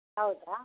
ಹೌದಾ